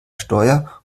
steuer